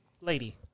lady